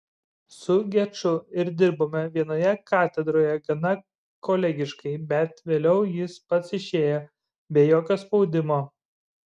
su geču ir dirbome vienoje katedroje gana kolegiškai bet vėliau jis pats išėjo be jokio spaudimo